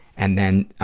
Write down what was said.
and then, ah,